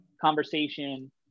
conversation